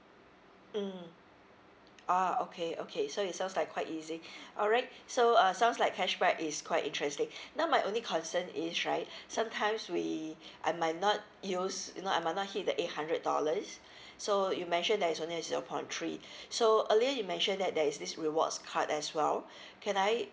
mm ah okay okay so it sounds like quite easy alright so uh sounds like cashback is quite interesting now my only concern is right sometimes we I might not use you know I might not hit the eight hundred dollars so you mentioned that is only a zero point three so earlier you mentioned that there is this rewards card as well can I